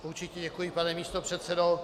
Určitě, děkuji, pane místopředsedo.